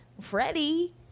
Freddie